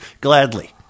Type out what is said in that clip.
gladly